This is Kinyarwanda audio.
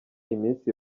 iminsi